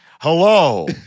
Hello